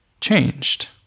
changed